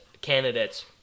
candidates